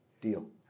Deal